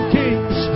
kings